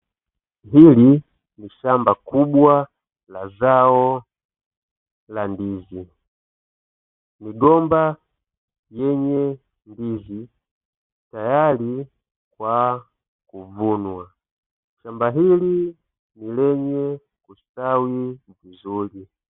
Hili ni shamba kubwa la zao la Ndizi. Migomba yenye ndizi tayari kwa kuvunwa. Shamba hili lenye kustawi vizuri.